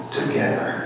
together